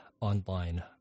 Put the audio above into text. online